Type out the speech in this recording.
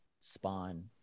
spawn